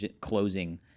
closing